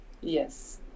Yes